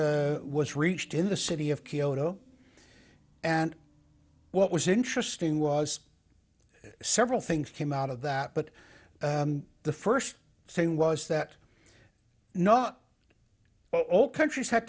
was reached in the city of kyoto and what was interesting was several things came out of that but the first thing was that not well all countries have